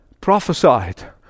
prophesied